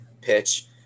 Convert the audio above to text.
pitch